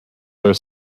her